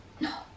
No